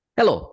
Hello